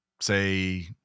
say